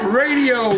radio